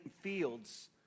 fields